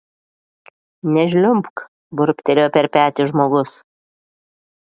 nežliumbk burbtelėjo per petį žmogus